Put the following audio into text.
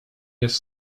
jest